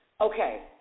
okay